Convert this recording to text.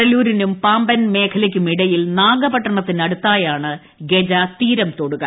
കടലൂരിനും പാമ്പൻ മേഖലയ്ക്കുമിടയിൽ നാഗപട്ടണത്തിനടുത്തായാണ് ഗജ തീരം തൊടുക